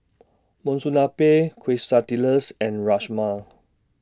Monsunabe Quesadillas and Rajma